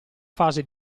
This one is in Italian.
fase